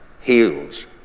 heals